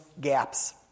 gaps